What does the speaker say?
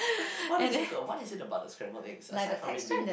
what is it good what is it about the scrambled eggs aside from it being